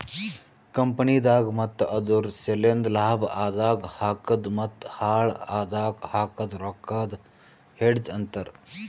ಕಂಪನಿದಾಗ್ ಮತ್ತ ಅದುರ್ ಸಲೆಂದ್ ಲಾಭ ಆದಾಗ್ ಹಾಕದ್ ಮತ್ತ ಹಾಳ್ ಆದಾಗ್ ಹಾಕದ್ ರೊಕ್ಕಾಗ ಹೆಡ್ಜ್ ಅಂತರ್